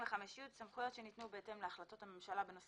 25י.סמכויות שניתנו בהתאם להחלטות הממשלה בנושא